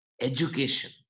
education